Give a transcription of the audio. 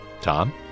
Tom